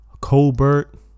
Colbert